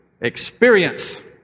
experience